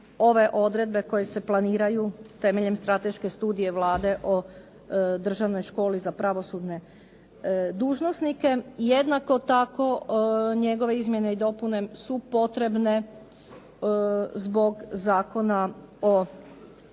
ove odredbe koje se planiraju temeljem strateške studije Vlade o državnoj školi za pravosudne dužnosnike. Jednako tako njegove izmjene i dopune su potrebne zbog Zakona o